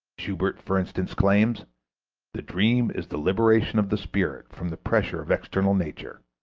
schubert, for instance, claims the dream is the liberation of the spirit from the pressure of external nature,